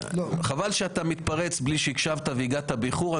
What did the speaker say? חבל שאתה מתפרץ בלי שהקשבת, והגעת באיחור.